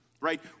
right